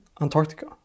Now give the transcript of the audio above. Antarctica